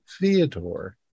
Theodore